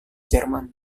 jerman